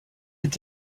est